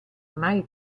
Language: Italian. mai